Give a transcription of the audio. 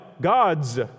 gods